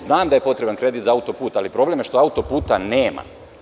Znam da je potreban kredit za autoput, ali problem je što autoputa nema.